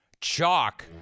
Chalk